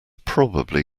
probably